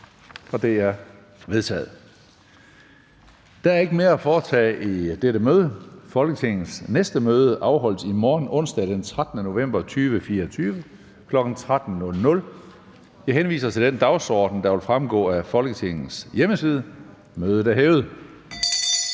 Der er ikke mere at foretage i dette møde. Folketingets næste møde afholdes i morgen, onsdag den 13. november 2024, kl. 13.00. Jeg henviser til den dagsorden, der vil fremgå af Folketingets hjemmeside. Mødet er hævet.